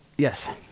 Yes